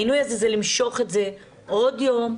העינוי הזה זה למשוך את זה עוד יום,